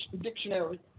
dictionary